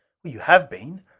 you have been.